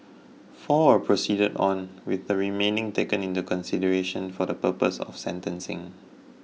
four were proceeded on with the remaining taken into consideration for the purposes of sentencing